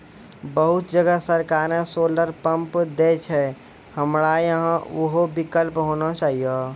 बहुत जगह सरकारे सोलर पम्प देय छैय, हमरा यहाँ उहो विकल्प होना चाहिए?